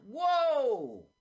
Whoa